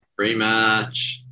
Rematch